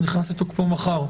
והוא נכנס לתוקפו היום.